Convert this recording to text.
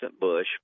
Bush